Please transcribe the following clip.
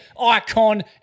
icon